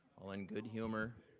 all in good humor